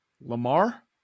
Lamar